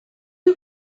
you